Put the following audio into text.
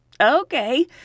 okay